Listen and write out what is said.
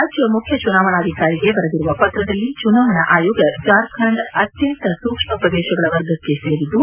ರಾಜ್ಯ ಮುಖ್ಯ ಚುನಾವಣಾಧಿಕಾರಿಗೆ ಬರೆದಿರುವ ಪತ್ರದಲ್ಲಿ ಚುನಾವಣಾ ಆಯೋಗ ಜಾರ್ಖಂಡ್ ಅತ್ಯಂತ ಸೂಕ್ಷ್ಮ ಪ್ರದೇಶಗಳ ವರ್ಗಕ್ಕೆ ಸೇರಿದ್ದು